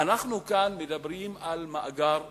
אנחנו כאן מדברים על מאגר ממוחשב.